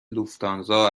لوفتانزا